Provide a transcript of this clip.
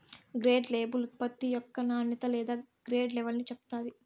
grade label ఉత్పత్తి యొక్క నాణ్యత లేదా గ్రేడ్ లెవల్ని చెప్తాది